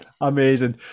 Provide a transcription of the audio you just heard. amazing